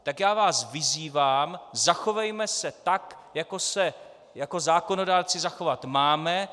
Tak já vás vyzývám, zachovejme se tak, jak se jako zákonodárci zachovat máme.